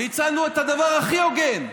הצענו את הדבר הכי הוגן: